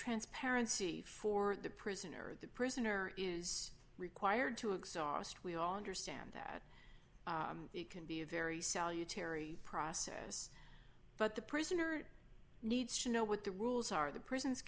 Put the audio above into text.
transparency for the prisoner or the prisoner is required to exhaust we all understand that it can be a very salutary process but the prisoner needs to know what the rules are the prisons